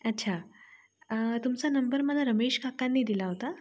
अच्छा तुमचा नंबर मला रमेश काकांनी दिला होता